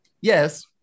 Yes